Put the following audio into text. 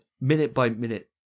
minute-by-minute